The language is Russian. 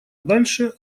дальше